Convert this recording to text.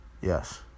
Yes